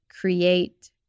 create